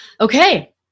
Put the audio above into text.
Okay